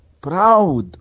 proud